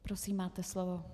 Prosím, máte slovo.